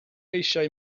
eisiau